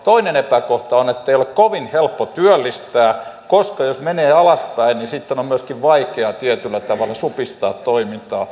toinen epäkohta on että ei ole kovin helppo työllistää koska jos menee alaspäin niin sitten on myöskin vaikea tietyllä tavalla supistaa toimintaa